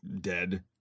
dead